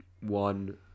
one